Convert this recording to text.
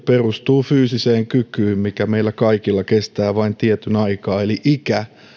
perustuu fyysiseen kykyyn mikä meillä kaikilla kestää vain tietyn aikaa eli ikä